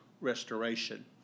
restoration